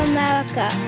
America